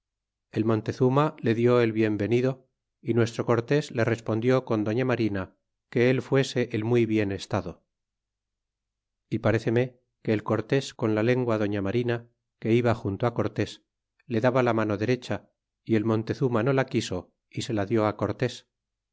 el montezuma le lió el bien venido e nuestro cortés le respondió con doña marina que él fuese el muy bien estado e paréceme que el cortés con la lengua doña marina que iba junto cortés le daba la mano derecha y el montezuma no la quiso é se la dió cortés